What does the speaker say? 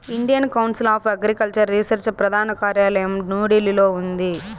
Indian Council of Agricultural Research ప్రధాన కార్యాలయం న్యూఢిల్లీలో ఉంది